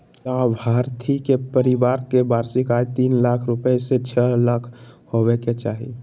लाभार्थी के परिवार के वार्षिक आय तीन लाख रूपया से छो लाख होबय के चाही